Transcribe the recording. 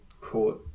court